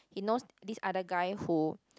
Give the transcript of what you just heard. he knows this other guy who